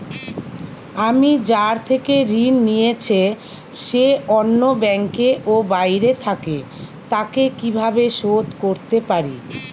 আমি যার থেকে ঋণ নিয়েছে সে অন্য ব্যাংকে ও বাইরে থাকে, তাকে কীভাবে শোধ করতে পারি?